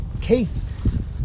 Keith